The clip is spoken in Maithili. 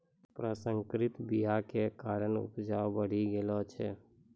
प्रसंकरित बीया के कारण उपजा बढ़ि गेलो छै